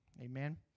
Amen